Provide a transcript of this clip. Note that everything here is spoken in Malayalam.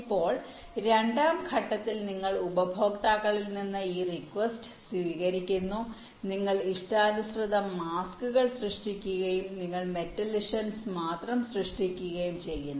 ഇപ്പോൾ രണ്ടാം ഘട്ടത്തിൽ നിങ്ങൾ ഉപഭോക്താക്കളിൽ നിന്ന് ഈ റിക്വസ്റ്റ് സ്വീകരിക്കുന്നു നിങ്ങൾ ഇഷ്ടാനുസൃത മാസ്കുകൾ സൃഷ്ടിക്കുകയും നിങ്ങൾ മെറ്റലിസഷൻസ് മാത്രം സൃഷ്ടിക്കുകയും ചെയ്യുന്നു